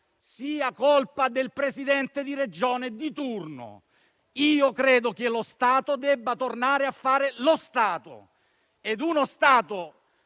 è colpa del presidente di Regione di turno. Penso che lo Stato debba tornare a fare lo Stato e uno Stato